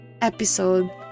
episode